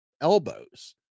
elbows